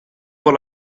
por